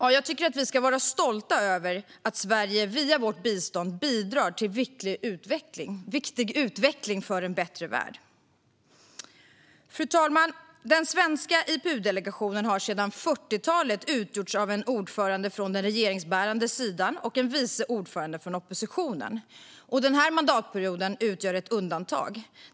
Vi ska vara stolta över att Sverige via sitt bistånd bidrar till viktig utveckling för en bättre värld. Fru talman! Den svenska IPU-delegationen har sedan 40-talet utgjorts av en ordförande från den regeringsbärande sidan och en vice ordförande från oppositionen. Denna mandatperiod utgör dock ett undantag.